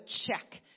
check